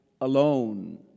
alone